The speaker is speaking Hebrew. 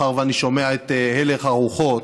מאחר שאני שומע את הלך הרוחות,